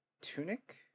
Tunic